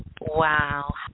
Wow